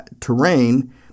terrain